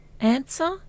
answer